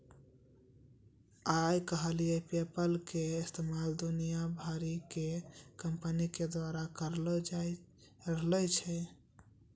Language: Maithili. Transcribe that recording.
आइ काल्हि पेपल के इस्तेमाल दुनिया भरि के कंपनी के द्वारा करलो जाय रहलो छै